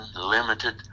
limited